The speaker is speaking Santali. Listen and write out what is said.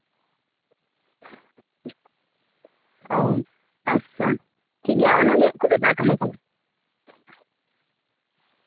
ᱚ ᱟᱪᱪᱷᱟ ᱴᱷᱤᱠᱜᱮᱭᱟ ᱚᱱᱟ ᱜᱮ ᱠᱩᱞᱤ ᱨᱮᱱᱟᱜ ᱛᱟᱦᱮᱸᱠᱟᱱᱟ